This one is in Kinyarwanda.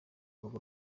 rugo